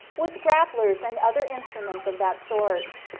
with grapplers, and other instruments of that sort.